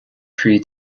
three